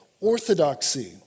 orthodoxy